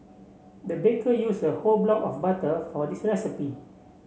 the baker used a whole block of butter for this recipe